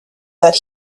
that